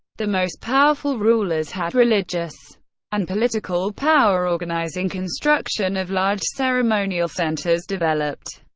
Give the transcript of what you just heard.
the most powerful rulers had religious and political power, organizing construction of large ceremonial centers developed.